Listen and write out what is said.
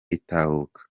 itahuka